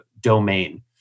domain